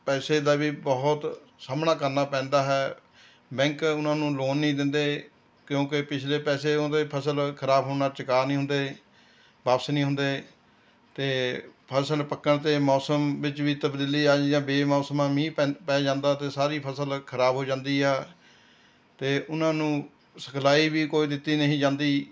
ਪੈਸੇ ਦਾ ਵੀ ਬਹੁਤ ਸਾਹਮਣਾ ਕਰਨਾ ਪੈਂਦਾ ਹੈ ਬੈਂਕ ਉਹਨਾਂ ਨੂੰ ਲੋਨ ਨਹੀਂ ਦਿੰਦੇ ਕਿਉਂਕਿ ਪਿਛਲੇ ਪੈਸੇ ਉਹਦੇ ਫਸਲ ਖਰਾਬ ਹੋਣ ਨਾਲ ਚੁੱਕਾ ਨਹੀਂ ਹੁੰਦੇ ਵਾਪਸ ਨਹੀਂ ਹੁੰਦੇ ਅਤੇ ਫਸਲ ਪੱਕਣ 'ਤੇ ਮੌਸਮ ਵਿੱਚ ਵੀ ਤਬਦੀਲੀ ਆਈ ਜਾਂ ਬੇਮੌਸਮਾਂ ਮੀਂਹ ਪੈ ਪੈ ਜਾਂਦਾ ਅਤੇ ਸਾਰੀ ਫਸਲ ਖਰਾਬ ਹੋ ਜਾਂਦੀ ਆ ਅਤੇ ਉਹਨਾਂ ਨੂੰ ਸਿਖਲਾਈ ਵੀ ਕੋਈ ਦਿੱਤੀ ਨਹੀਂ ਜਾਂਦੀ